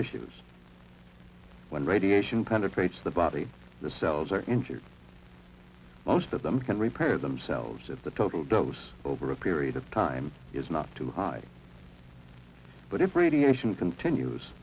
tissues when radiation penetrates the body the cells are injured most of them can repair themselves at the total dose over a period of time is not too high but if